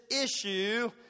issue